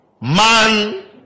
man